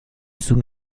zum